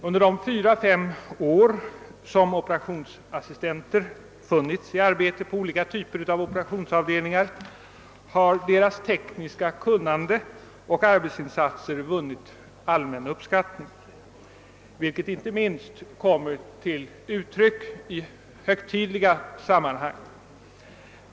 Under de fyra, fem år som operationsassistenter varit i arbete på olika typer av operationsavdelningar har deras tekniska kunnande och arbetsinsatser vunnit allmän uppskattning, vilket inte minst kommer till uttryck i högtidliga sammanhang.